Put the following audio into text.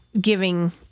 giving